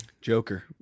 Joker